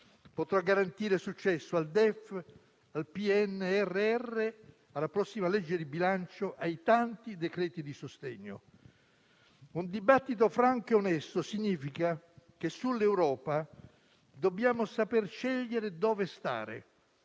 potrà garantire successo al DEF, al PNRR, alla prossima legge di bilancio e ai tanti decreti di sostegno. Un dibattito franco e onesto significa che sull'Europa dobbiamo saper scegliere dove stare,